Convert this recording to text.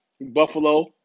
Buffalo